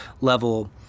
level